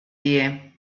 die